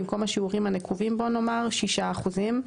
במקום השיעורים הנקובים בו נאמר "6%";